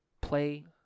play